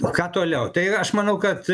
o ką toliau tai ir aš manau kad